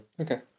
Okay